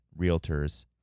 Realtors